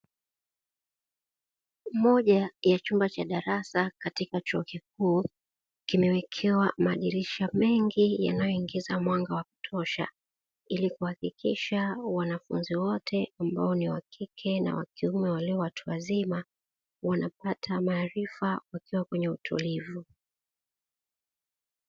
Moja ya chumba cha darasa katika chuo kikuu, kimewekewa madirisha mengi yanayoingiza mwanga wa kutosha, ili kuhakikisha wanafunzi wote ambao ni wa kike na wakiume walio watu wazima, wanapata maarifa wakiwa kwenye utulivu.